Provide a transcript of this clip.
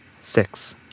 Six